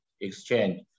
exchange